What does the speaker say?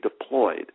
deployed